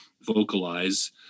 vocalize